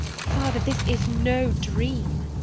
father, this is no dream.